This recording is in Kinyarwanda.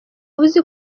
wuzi